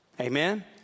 Amen